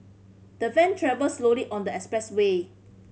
the van travelled slowly on the expressway